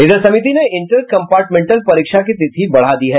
इधर समिति ने इंटर कम्पार्टमेंटल परीक्षा की तिथि बढ़ा दी है